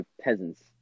peasants